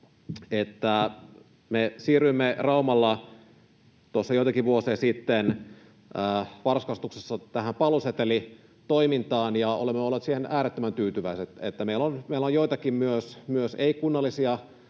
me siirryimme Raumalla tuossa joitakin vuosia sitten varhaiskasvatuksessa tähän palvelusetelitoimintaan ja olemme olleet siihen äärettömän tyytyväisiä. Meillä on joitakin myös ei-kunnallisia